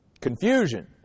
confusion